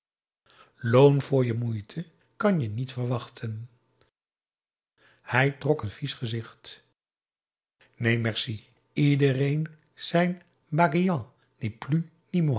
loon voor je moeite kan je niet verwachten hij trok een vies gezicht neen merci ieder zijn